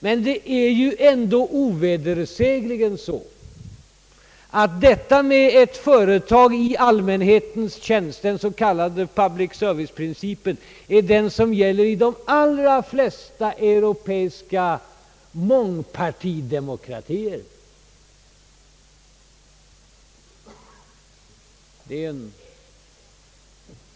Men det är ändå ovedersägligen så att systemet med ett företag i allmänhetens tjänst, den s.k. public-serviceprincipen, gäller i de allra flesta mångpartidemokratier.